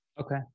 Okay